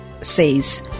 says